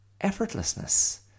effortlessness